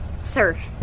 sir